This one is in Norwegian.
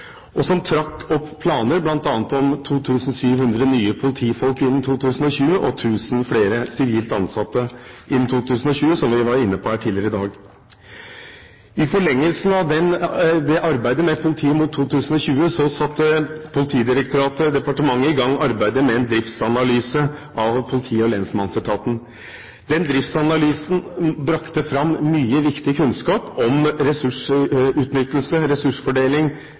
2008, og trakk opp planer bl.a. om 2 700 nye politifolk og 1 000 flere sivilt ansatte innen 2020, som vi var inne på her tidligere i dag. I forlengelsen av arbeidet med Politiet mot 2020 satte Politidirektoratet og departementet i gang arbeidet med en driftsanalyse av politi- og lensmannsetaten. Driftsanalysen brakte fram mye viktig kunnskap om ressursutnyttelse og ressursfordeling